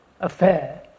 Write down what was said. affair